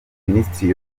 minisitiri